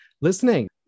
listening